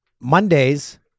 Mondays